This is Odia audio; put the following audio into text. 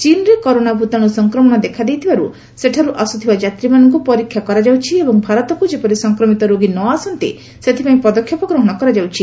ଚୀନ୍ରେ କରୋନା ଭୂତାଣୁ ସଂକ୍ରମଣ ଦେଖାଦେଇଥିବାର୍ ସେଠାର୍ ଆସ୍ରଥିବା ଯାତ୍ରୀମାନଙ୍କୁ ପରୀକ୍ଷା କରାଯାଉଛି ଏବଂ ଭାରତକ୍ତ ଯେପରି ସଂକ୍ରମିତ ରୋଗୀ ନ ଆସନ୍ତି ସେଥିପାଇଁ ପଦକ୍ଷେପ ଗ୍ରହଣ କରାଯାଉଛି